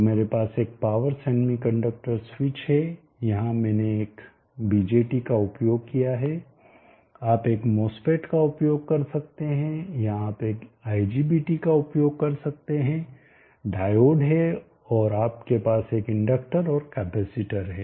तो मेरे पास एक पावर सेमीकंडक्टर स्विच है यहां मैंने एक BJT का उपयोग किया है आप एक MOSFET का उपयोग कर सकते हैं या आप एक IGBT का उपयोग कर सकते हैं डायोड है और आपके पास एक इंडक्टर और केपेसीटर है